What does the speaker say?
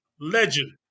legend